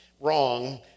wrong